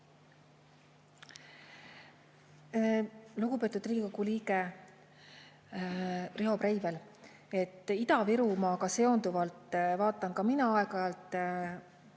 Lugupeetud Riigikogu liige Riho Breivel! Ida-Virumaaga seonduvat vaatan ka mina aeg-ajalt